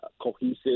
cohesive